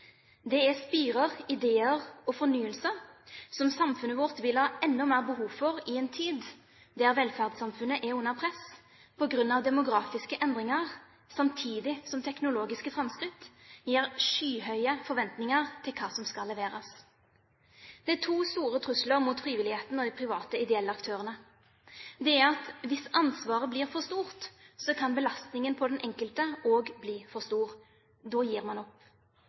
Det er spirer, ideer og fornyelser som samfunnet vårt vil ha enda mer behov for i en tid da velferdssamfunnet er under press på grunn av demografiske endringer, samtidig som teknologiske framskritt gir skyhøye forventninger til hva som skal leveres. Det er to store trusler mot frivilligheten og de private ideelle aktørene. Hvis ansvaret blir for stort, kan belastningen på den enkelte også bli for stor. Da gir man opp.